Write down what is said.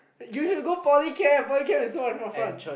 you should go poly camp poly camp is so much more fun